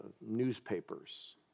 newspapers